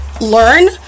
learn